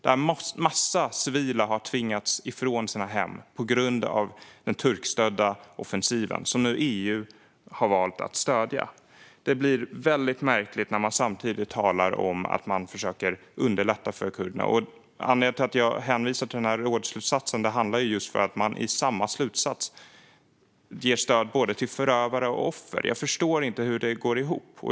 Där har en mängd civila tvingats från sina hem på grund av den turkstödda offensiven, som nu EU har valt att stödja. Det blir väldigt märkligt när man samtidigt talar om att man försöker underlätta för kurderna. Anledningen till att jag hänvisar till rådsslutsatsen är att man i samma slutsats ger stöd till både förövare och offer. Jag förstår inte hur det går ihop.